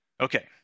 Okay